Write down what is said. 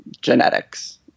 genetics